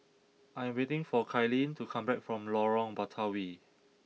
I am waiting for Kylene to come back from Lorong Batawi